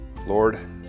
lord